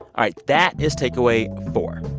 all right. that is takeaway four.